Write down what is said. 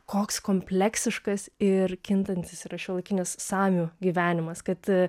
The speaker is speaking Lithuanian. koks kompleksiškas ir kintantis yra šiuolaikinis samių gyvenimas kad